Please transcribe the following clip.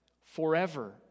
forever